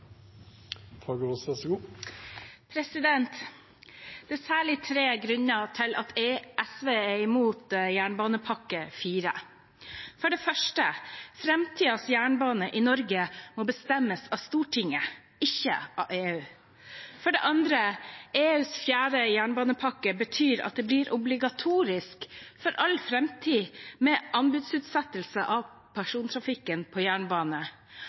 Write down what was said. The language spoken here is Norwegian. særlig tre grunner til at SV er imot jernbanepakke IV. For det første: Framtidens jernbane i Norge må bestemmes av Stortinget, ikke av EU. For det andre: EUs fjerde jernbanepakke betyr at det blir obligatorisk – for all framtid – med anbudsutsettelse av persontrafikken på jernbane.